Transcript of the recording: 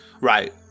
Right